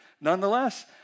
Nonetheless